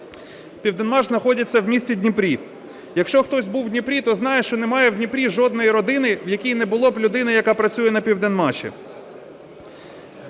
"Південмаш" знаходиться в місті Дніпрі. Якщо хтось був в Дніпрі, то знає, що немає в Дніпрі жодної родини, в якій не було б людини, яка працює на "Південмаші".